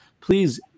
Please